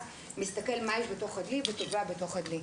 מסתכל מה יש בו וטובע בתוך הדלי.